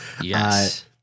Yes